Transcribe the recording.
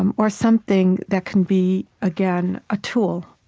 um or something that can be, again, a tool.